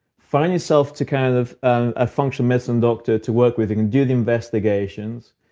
find yourself to kind of a functional medicine doctor to work with who can do the investigations.